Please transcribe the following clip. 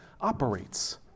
operates